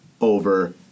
over